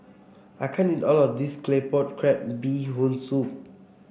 I can't eat all of this Claypot Crab Bee Hoon Soup